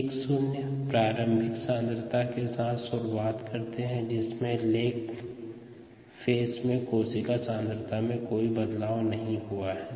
x0 प्रारंभिक सांद्रता के साथ शुरुआत करते है जिसमे लेग फेज में कोशिका सांद्रता में कोई बदलाव नहीं हुआ है